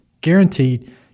Guaranteed